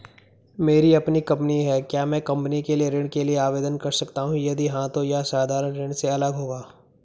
मेरी अपनी कंपनी है क्या मैं कंपनी के लिए ऋण के लिए आवेदन कर सकता हूँ यदि हाँ तो क्या यह साधारण ऋण से अलग होगा?